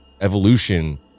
evolution